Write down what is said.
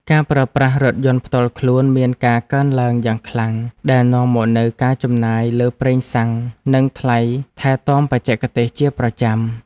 ការប្រើប្រាស់រថយន្តផ្ទាល់ខ្លួនមានការកើនឡើងយ៉ាងខ្លាំងដែលនាំមកនូវការចំណាយលើប្រេងសាំងនិងថ្លៃថែទាំបច្ចេកទេសជាប្រចាំ។